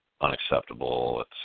unacceptable